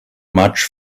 much